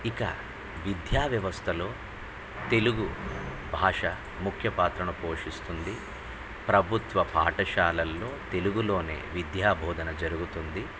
ఇక విద్యా వ్యవస్థలో తెలుగు భాష ముఖ్య పాత్రను పోషిస్తుంది ప్రభుత్వ పాఠశాలల్లో తెలుగులోనే విద్యాబోధన జరుగుతుంది